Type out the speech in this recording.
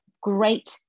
great